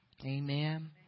Amen